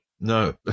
No